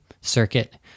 Circuit